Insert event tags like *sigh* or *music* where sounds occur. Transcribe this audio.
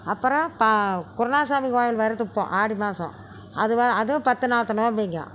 அப்புறம் தா குருநாதர் சாமி கோயில் *unintelligible* ஆடி மாதம் அது வா அதுவும் பத்து நாள்கிட்ட நோம்புங்க